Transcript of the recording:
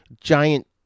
giant